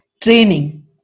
training